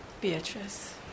Beatrice